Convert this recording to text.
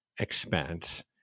expense